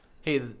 hey